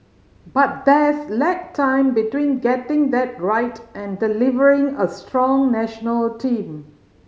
but there's lag time between getting that right and delivering a strong national team